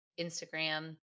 Instagram